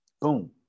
boom